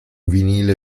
vinile